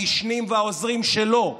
המשנים והעוזרים שלו,